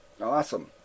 Awesome